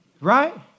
right